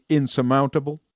insurmountable